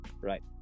Right